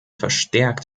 verstärkt